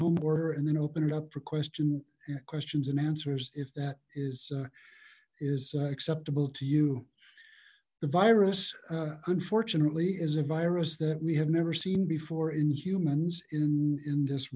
home worker and then open it up for question questions and answers if that is is acceptable to you the virus unfortunately is a virus that we have never seen before in humans in in this